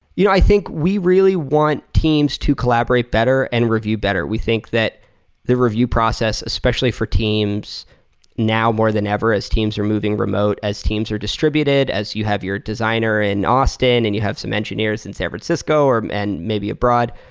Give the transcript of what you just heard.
you know i think we really want teams to collaborate better and review better. we think that the review process especially for teams now more than ever, as teams are moving remote, as teams are distributed, as you have your designer in austin and you have some engineers in san francisco and maybe abroad,